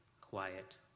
quiet